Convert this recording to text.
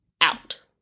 out